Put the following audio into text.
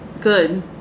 good